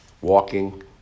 walking